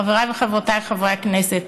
חבריי וחברותיי חברי הכנסת,